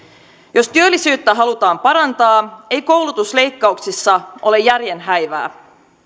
jos työllisyyttä halutaan parantaa ei koulutusleikkauksissa ole järjen häivää